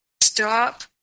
Stop